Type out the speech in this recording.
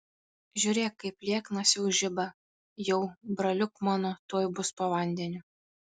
žiūrėk kaip lieknas jau žiba jau braliuk mano tuoj bus po vandeniu